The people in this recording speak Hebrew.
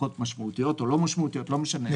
החזקות משמעותיות או לא משמעותיות, לא משנה.